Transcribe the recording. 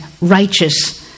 righteous